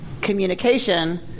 communication